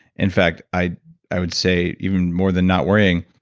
in fact, i i would say even more than not worrying,